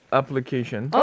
application